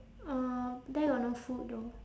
uh there got no food though